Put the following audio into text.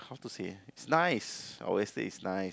how to say it's nice obviously it's nice